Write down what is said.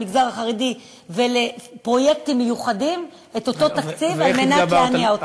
למגזר החרדי ולפרויקטים מיוחדים את אותו תקציב על מנת להניע אותם.